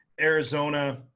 Arizona